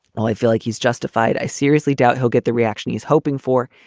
ah i feel like he's justified. i seriously doubt he'll get the reaction he's hoping for.